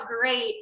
great